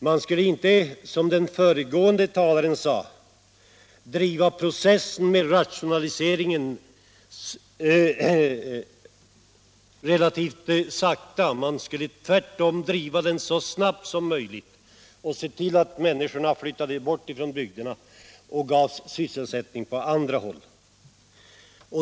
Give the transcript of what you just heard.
Man skulle inte, som den föregående talaren sade, driva rationaliseringsprocessen relativt sakta, utan man skulle tvärtom driva den så snabbt som möjligt och se till-att människorna flyttades bort från bygderna för att ges sysselsättning på andra håll.